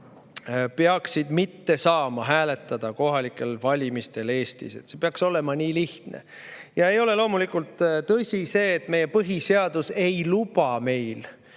peaks saama hääletada kohalikel valimistel Eestis. See peaks olema nii lihtne. Ei ole loomulikult tõsi see, et meie põhiseadus ei luba meil